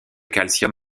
calcium